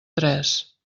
tres